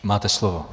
Máte slovo.